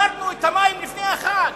החזרנו את המים לפני החג.